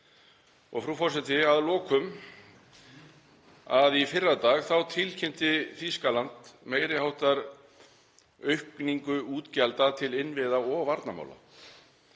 Frú forseti. Að lokum: Í fyrradag tilkynnti Þýskaland meiri háttar aukningu útgjalda til innviða og varnarmála.